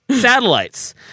satellites